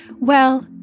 Well